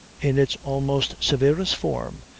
in its almost severest form,